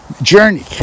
journey